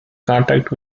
contact